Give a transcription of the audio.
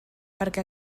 perquè